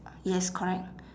yes correct